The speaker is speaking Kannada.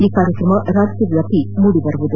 ಈ ಕಾರ್ಯಕ್ರಮ ರಾಜ್ಯವ್ಯಾಪಿ ಮೂಡಿಬರಲಿದೆ